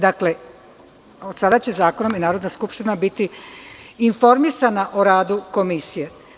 Dakle, od sada će zakonom i Narodna skupština biti informisana o radu komisije.